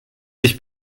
sich